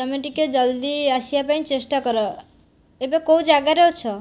ତୁମେ ଟିକେ ଜଲ୍ଦି ଆସିବା ପାଇଁ ଚେଷ୍ଟା କର ଏବେ କେଉଁ ଜାଗାରେ ଅଛ